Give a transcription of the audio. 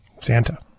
Santa